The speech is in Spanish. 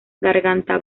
garganta